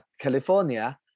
California